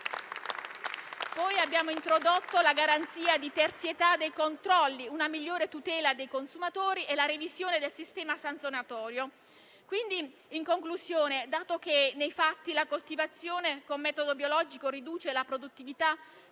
Abbiamo poi introdotto la garanzia di terzietà dei controlli, una migliore tutela dei consumatori e la revisione del sistema sanzionatorio. In conclusione, dato che, nei fatti, la coltivazione con metodo biologico riduce la produttività